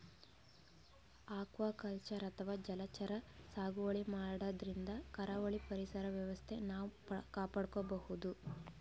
aquaculture ಅಥವಾ ಜಲಚರ ಸಾಗುವಳಿ ಮಾಡದ್ರಿನ್ದ ಕರಾವಳಿ ಪರಿಸರ್ ವ್ಯವಸ್ಥೆ ನಾವ್ ಕಾಪಾಡ್ಕೊಬಹುದ್